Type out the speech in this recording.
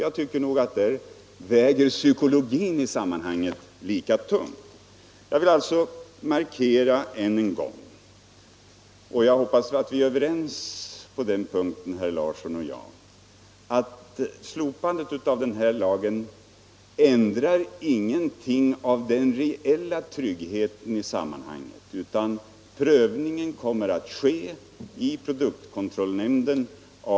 Jag tycker nog därför att de psykologiska skälen väger lika tungt i det ena sammanhanget som i det andra. Jag vill alltså än en gång markera — jag hoppas att herr Larsson och jag är överens på den punkten — att slopandet av lagen om förbud mot spridning från luften inte ändrar någonting av den reella tryggheten i sammanhanget. Prövningen av hela frågan kommer att ske i produktkontrollnämnden.